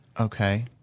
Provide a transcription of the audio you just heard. Okay